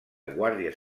guàrdies